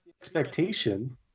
expectation